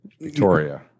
Victoria